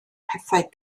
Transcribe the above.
pethau